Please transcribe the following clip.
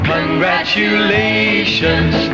Congratulations